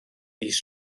mis